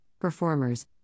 performers